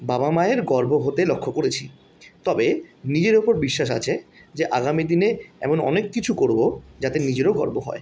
বাবা মায়ের গর্ব হতে লক্ষ্য করেছি তবে নিজের উপর বিশ্বাস আছে যে আগামী দিনে এমন অনেক কিছু করবো যাতে নিজেরও গর্ব হয়